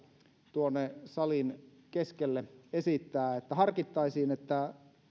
tuonne salin keskelle esittää että harkittaisiin sitä että